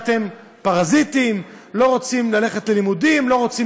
אתם פרזיטים, לא רוצים ללכת להתפרנס.